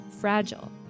fragile